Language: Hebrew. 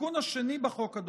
התיקון השני בחוק,